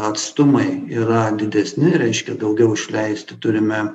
atstumai yra didesni reiškia daugiau išleisti turime